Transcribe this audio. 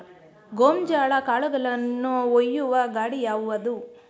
ಗೋಂಜಾಳ ಕಾಳುಗಳನ್ನು ಒಯ್ಯುವ ಗಾಡಿ ಯಾವದು?